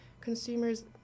Consumers